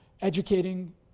educating